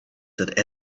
that